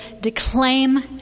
declaim